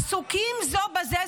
עסוקים זו בזה,